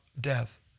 death